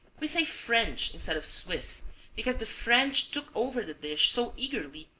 we say french instead of swiss because the french took over the dish so eagerly,